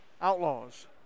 Outlaws